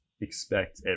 expect